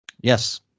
Yes